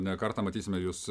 ne kartą matysime jus